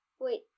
wait